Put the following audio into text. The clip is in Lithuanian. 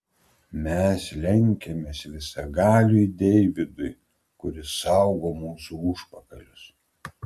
mes lenkiamės visagaliui deividui kuris saugo mūsų užpakalius